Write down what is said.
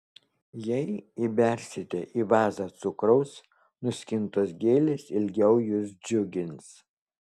jei įbersite į vazą cukraus nuskintos gėlės ilgiau jus džiugins